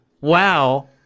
wow